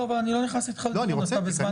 לא, אבל אני לא נכנס איתך לדיון עכשיו.